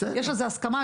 יש על זה הסכמה,